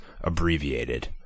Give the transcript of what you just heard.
abbreviated